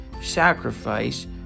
sacrifice